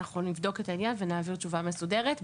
אנחנו נבדוק את העניין ונעביר תשובה מסודרת.